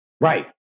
Right